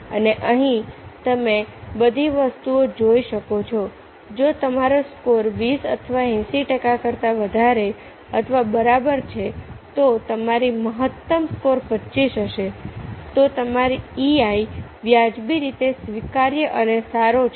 અને અહીં તમે બધી વસ્તુઓ જોઈ શકો છો જો તમારો સ્કોર 20 અથવા 80 ટકા કરતાં વધારે અથવા બરાબર છે તો તમારો મહત્તમ સ્કોર 25 હશે તો તમારો EI વ્યાજબી રીતે સ્વીકાર્ય અને સારો છે